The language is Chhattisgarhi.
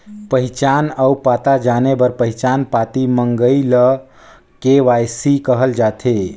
पहिचान अउ पता जाने बर पहिचान पाती मंगई ल के.वाई.सी कहल जाथे